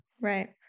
Right